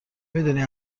میدونی